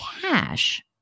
cash